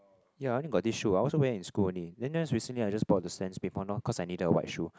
ya I only got this shoe I also wear it in school only then then recently I just bought the Stan Smith one lor cause I needed the white shoe